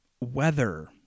weather